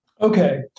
Okay